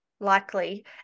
likely